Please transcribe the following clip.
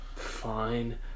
Fine